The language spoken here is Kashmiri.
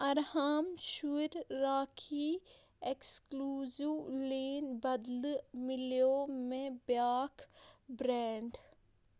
ارہام شُرۍ راکھی اٮ۪کسکلوٗزِو لین بدلہٕ مِلٮ۪و مےٚ بیٛاکھ برینڈ